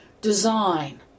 design